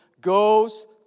goes